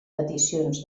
peticions